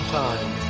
time